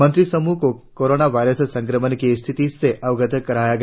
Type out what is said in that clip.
मंत्रिसमूह को corona virus संक्रमण की स्थिति से अवगत कराया गया